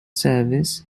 service